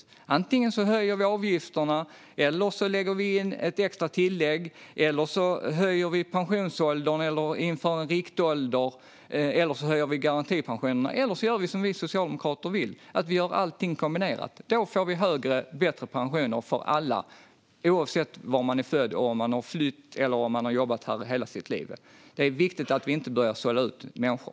Man kan antingen höja avgifterna, lägga in ett extra tillägg, höja pensionsåldern, införa en riktålder eller höja garantipensionerna, eller så gör man som vi socialdemokrater vill och kombinerar allt detta. Då får vi bättre pensioner för alla oavsett var man är född, om man har flytt eller om man har jobbat här i hela sitt liv. Det är viktigt att vi inte börjar sålla ut människor.